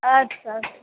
اَدٕ سا اَدٕ سا